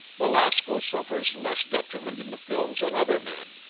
belasco suffers less detriment in the films than other men.